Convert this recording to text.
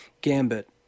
gambit